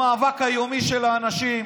המאבק היומי של האנשים,